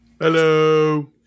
Hello